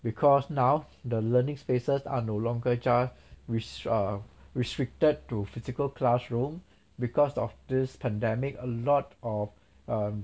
because now the learning spaces are no longer just res~ uh restricted to physical classroom because of this pandemic a lot of um